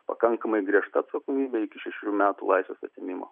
pakankamai griežta atsakomybė iki šešerių metų laisvės atėmimo